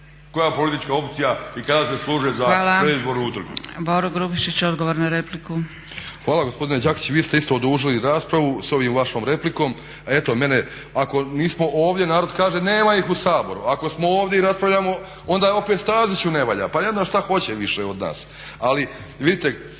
koja politička opcija i kada se služe za predizbornu utrku. **Zgrebec, Dragica (SDP)** Hvala. Boro Grubišić, odgovor na repliku. **Grubišić, Boro (HDSSB)** Hvala gospodine Đakić, vi ste isto odužili raspravu sa ovom vašom replikom, a eto mene ako nismo ovdje narod kaže nema ih u Saboru. Ako smo ovdje i raspravljamo onda opet Staziću ne valja. Pa ne znam šta hoće više od nas? Ali vidite,